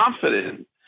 confident